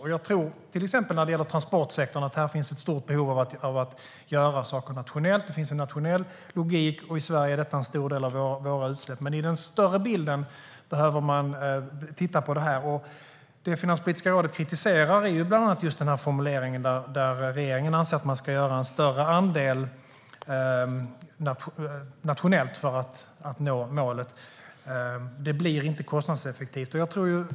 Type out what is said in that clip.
Och jag tror att det finns ett stort behov av att göra saker nationellt, till exempel när det gäller transportsektorn. Det finns en nationell logik i det. Transportsektorn står för en stor del av våra utsläpp i Sverige. Men man behöver titta på det i det större perspektivet. Det som Finanspolitiska rådet kritiserar är bland annat formuleringen att regeringen anser att ska man göra en större andel nationellt för att nå målet. Det blir inte kostnadseffektivt.